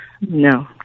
no